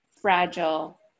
fragile